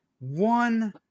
one